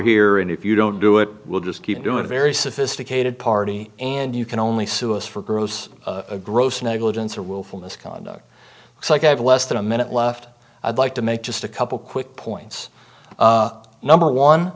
here and if you don't do it we'll just keep doing a very sophisticated party and you can only sue us for gross gross negligence or willful misconduct it's like i have less than a minute left i'd like to make just a couple quick points number one